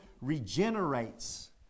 regenerates